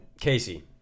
Casey